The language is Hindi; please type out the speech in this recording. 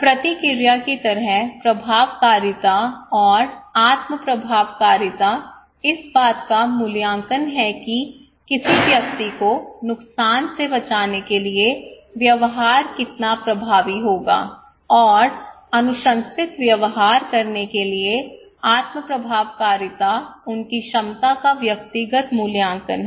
प्रतिक्रिया की तरह प्रभावकारिता और आत्म प्रभावकारिता इस बात का मूल्यांकन है कि किसी व्यक्ति को नुकसान से बचाने के लिए व्यवहार कितना प्रभावी होगा और अनुशंसित व्यवहार करने के लिए आत्म प्रभावकारिता उनकी क्षमता का व्यक्तिगत मूल्यांकन है